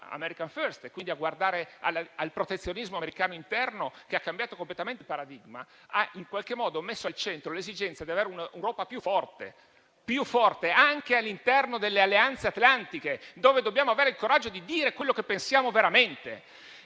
America First, quindi al protezionismo americano interno che ha cambiato completamente il paradigma, ha in qualche modo messo al centro l'esigenza di avere un'Europa più forte anche all'interno dell'Alleanza atlantica, dove dobbiamo avere il coraggio di dire quello che pensiamo veramente.